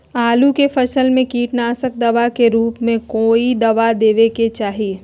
आलू के फसल में कीटनाशक दवा के रूप में कौन दवाई देवे के चाहि?